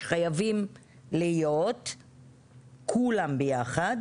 שחייבים להיות כולם ביחד